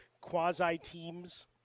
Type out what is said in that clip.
quasi-teams